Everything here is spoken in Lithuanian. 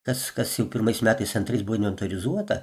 tas kas jau pirmais metais centrais buvo inventorizuota